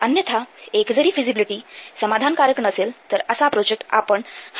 अन्यथा एक जरी फिजिबिलिटी समाधान कारक नसेल तर असा प्रोजेक्ट आपण हाती घेऊ नये